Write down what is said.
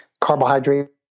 carbohydrate